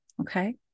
Okay